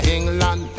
England